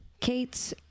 Kate